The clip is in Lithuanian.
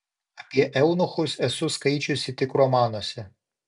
apie eunuchus esu skaičiusi tik romanuose